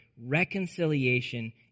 reconciliation